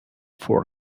for